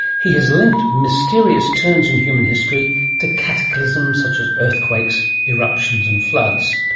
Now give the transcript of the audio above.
he has linked mysterious turns in human history to cataclysms such as earthquakes, eruptions and floods.